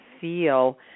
feel